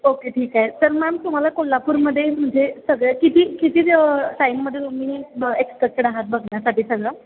okay ठीक आहे तर मॅम तुम्हाला कोल्हापूरमध्ये म्हणजे सगळ्या किती किती दि टाईममध्ये तुम्ही एक्सपेक्टेड आहात बघण्यासाठी सगळं